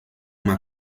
uma